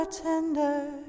tender